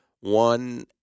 one